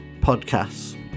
podcasts